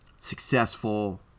Successful